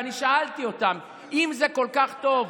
ואני שאלתי אותם: אם זה כל כך טוב,